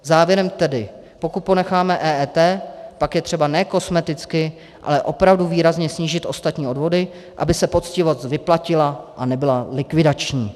Závěrem tedy: Pokud ponecháme EET, pak je třeba ne kosmeticky, ale opravdu výrazně snížit ostatní odvody, aby se poctivost vyplatila a nebyla likvidační.